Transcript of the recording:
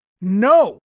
no